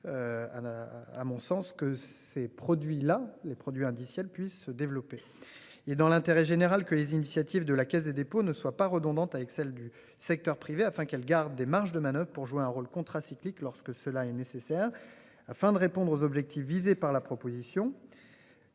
à mon sens, que ces produits-là, les produits indiciels puisse se développer et dans l'intérêt général que les initiatives de la Caisse des dépôts ne soit pas redondantes avec celles du secteur privé afin qu'elle garde des marges de manoeuvre pour jouer un rôle contracyclique lorsque cela est nécessaire. Afin de répondre aux objectifs visés par la proposition.